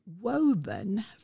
woven